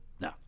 No